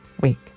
week